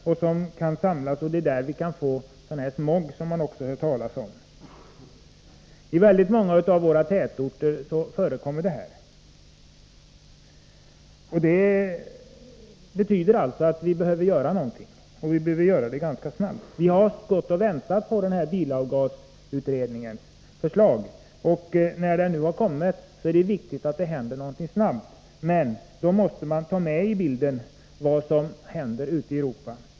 Man hör också talas om dem som fotokemisk smog. I väldigt många av våra tätorter förekommer dessa föroreningar. Det innebär att vi måste göra någonting, och vi måste göra det snabbt. Vi har väntat på bilavgaskommitténs förslag, och när det nu har kommit är det viktigt att det händer något snabbt, men man måste då också ta med i bilden vad som händer ute i Europa.